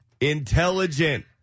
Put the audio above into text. Intelligent